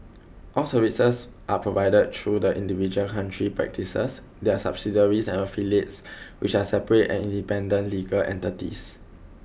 all services are provided through the individual country practices their subsidiaries and affiliates which are separate and independent legal entities